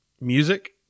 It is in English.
music